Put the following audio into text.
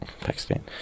Pakistan